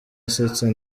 asetsa